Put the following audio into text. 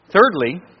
Thirdly